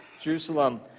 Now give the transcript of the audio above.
Jerusalem